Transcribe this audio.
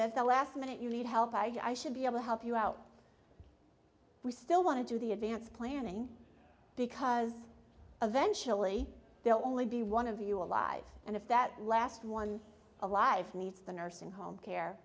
the last minute you need help i should be able to help you out we still want to do the advance planning because eventually they'll only be one of you alive and if that last one of life needs the nursing home care